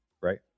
right